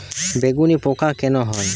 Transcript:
বেগুনে পোকা কেন হয়?